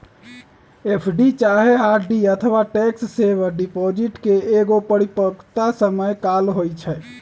FD चाहे RD अथवा tax saver deposit के एगो परिपक्वता समय काल होइ छइ